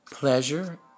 Pleasure